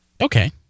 Okay